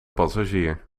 passagier